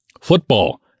football